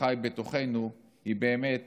שחי בתוכנו הם באמת